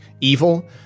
evil